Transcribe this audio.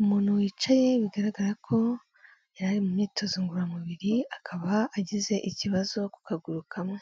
Umuntu wicaye bigaragara ko yari ari mu myitozo ngororamubiri akaba agize ikibazo ku kaguru kamwe,